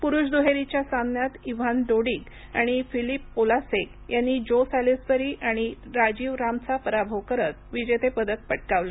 पुरुष दुहेरीच्या सामन्यात इवान डोडीक आणि फिलिप पोलासेक यांनी जो सॅलिसबरी आणि राजीव रामचा पराभव करत विजेतेपद पटकावलं